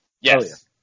Yes